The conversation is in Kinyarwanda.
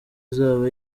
izaba